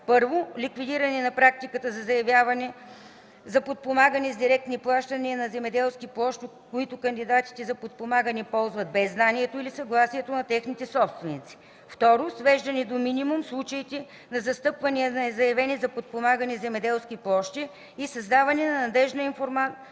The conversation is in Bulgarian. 1. Ликвидиране на практиката за заявяване за подпомагане с директни плащания на земеделски площи, които кандидатите за подпомагане ползват без знанието или съгласието на техните собственици. 2. Свеждане до минимум случаите на застъпвания на заявени за подпомагане земеделски площи и създаване на надеждна информационна